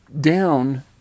down